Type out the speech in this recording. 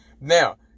Now